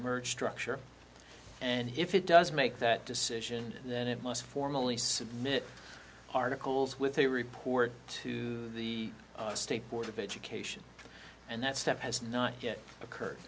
merge structure and if it does make that decision then it must formally submit articles with a report to the state board of education and that step has not yet occurred